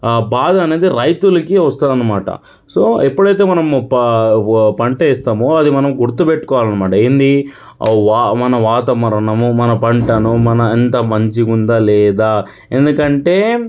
ఆ బాధ అనేది రైతులకి వస్తుందన్నమాట సో ఎప్పుడైతే మనము ప పంట వేస్తామో అది మనం గుర్తుపెట్టుకోవాలి అన్నమాట ఏంటి మన వాతావరణము మన పంటను మనం అంత మంచిగా ఉందా లేదా ఎందుకంటే